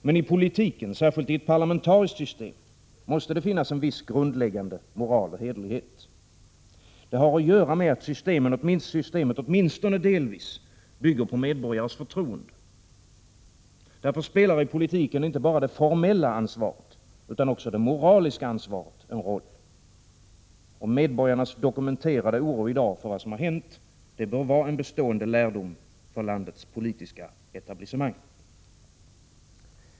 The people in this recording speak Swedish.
Men i politiken, särskilt i ett parlamentariskt system, måste det finnas en viss grundläggande moral och hederlighet. Det har att göra med att systemet åtminstone delvis bygger på medborgares förtroende. Därför spelar i politiken inte bara det formella utan också det moraliska ansvaret en roll. Medborgarnas dokumenterade oro för vad som hänt bör vara en bestående lärdom för landets politiska etablissemang.